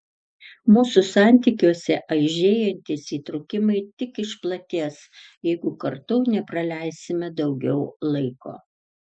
mūsų santykiuose aižėjantys įtrūkimai tik išplatės jeigu kartu nepraleisime daugiau laiko